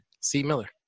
C-Miller